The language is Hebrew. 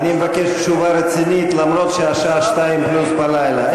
אני מבקש תשובה רצינית למרות שהשעה 02:00 פלוס בלילה.